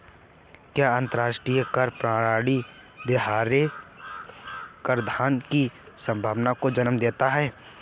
क्या अंतर्राष्ट्रीय कर प्रणाली दोहरे कराधान की संभावना को जन्म देता है?